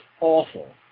awful